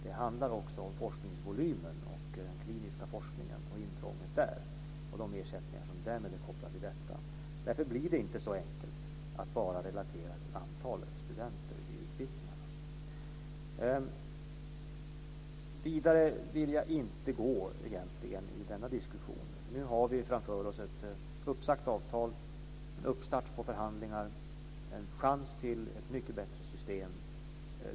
Det handlar också om forskningsvolymen och den kliniska forskningen, om intrånget där och de ersättningar som därmed är kopplade till detta. Därför blir det inte så enkelt att bara relatera till antalet studenter vid utbildningarna. Vidare vill jag egentligen inte gå i denna diskussion. Nu har vi framför oss ett uppsagt avtal. Det blir en uppstart på förhandlingar och en chans till ett mycket bättre system.